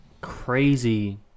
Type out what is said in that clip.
crazy